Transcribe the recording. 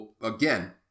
Again